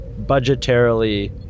budgetarily